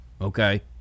Okay